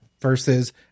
versus